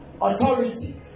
authority